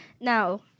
Now